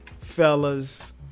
fellas